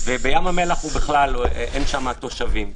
בים המלח אין שם כלל תושבים.